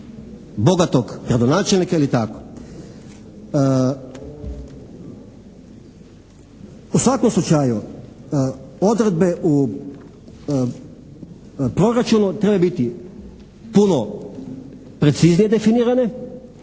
bogatog gradonačelnika ili tako. U svakom slučaju odredbe u proračunu trebaju biti puno preciznije definirane